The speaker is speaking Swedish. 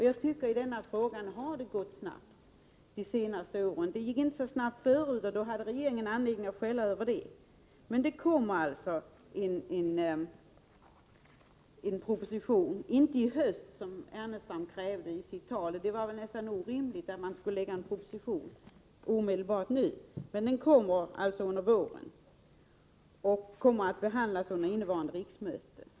Men jag tycker att vi har arbetat snabbt i dem de senaste åren. Tidigare gick det inte lika snabbt, och det fanns det anledning att kritisera. Nu kommer det emellertid en proposition, fast inte i höst som Lars Ernestam krävde. Det vore ju orimligt. Men den framläggs på våren 1985 och kommer alltså att behandlas under innevarande riksmöte.